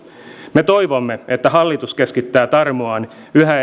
me toivomme että hallitus keskittää tarmoaan yhä